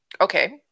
Okay